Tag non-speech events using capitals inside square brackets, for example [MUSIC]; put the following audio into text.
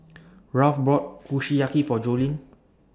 [NOISE] Ralph bought Kushiyaki For Jolene